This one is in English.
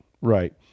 right